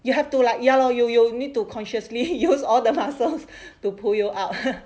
you have to like ya lor you you'll need to consciously use all the muscles to pull you out